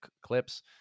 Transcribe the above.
clips